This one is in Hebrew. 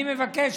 אני מבקש,